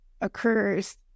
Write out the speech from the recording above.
occurs